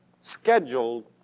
scheduled